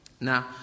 now